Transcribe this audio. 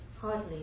Hardly